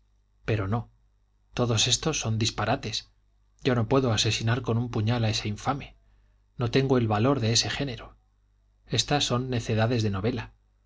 pero no todos estos son disparates yo no puedo asesinar con un puñal a ese infame no tengo el valor de ese género estas son necedades de novela